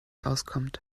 auskommt